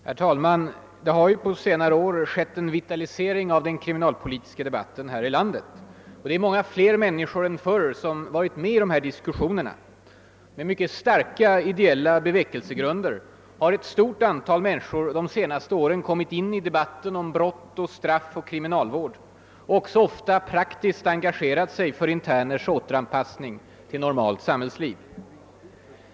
Herr talman! Det har ju på senare år skett en vitalisering av den kriminalpolitiska debatten här i landet. Många fler än förr har deltagit i diskussionerna. Med starka ideella bevekelsegrunder har ett stort antal människor under de senaste åren kommit in i debatten om brott, straff och kriminalvård — och har också ofta praktiskt engagerat sig för interners återanpassning till normalt samhällsliv.